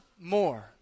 more